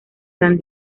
san